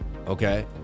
Okay